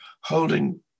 holding